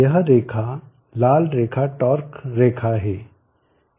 यह रेखा लाल रेखा टार्क रेखा है